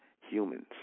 humans